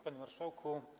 Panie Marszałku!